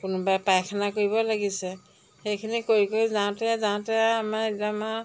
কোনোবাই পায়খানা কৰিব লাগিছে সেইখিনি কৰি কৰি যাওঁতে যাওঁতে আমাৰ একদম আৰু